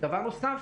דבר נוסף,